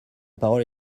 parole